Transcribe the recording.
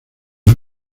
las